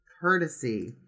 courtesy